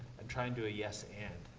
and try and do a yes and.